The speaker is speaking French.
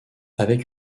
avec